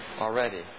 already